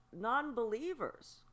non-believers